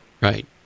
Right